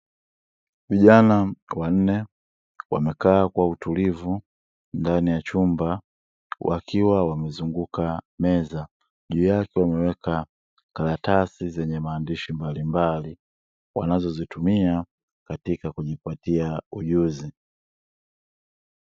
Vijana wanne wamekaa kwa utulivu ndani ya chumba, wakiwa wamezunguka meza, juu yake wameweka karatasi zenye maandishi mbalimbali, wanazozitumia katika kujipatia ujuzi.